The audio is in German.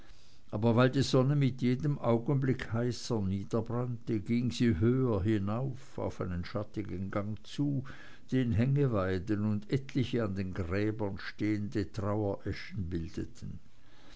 aber weil die sonne mit jedem augenblick heißer niederbrannte ging sie höher hinauf auf einen schattigen gang zu den hängeweiden und etliche an den gräbern stehende trauereschen bildeten